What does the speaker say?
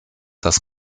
das